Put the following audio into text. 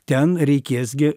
ten reikės gi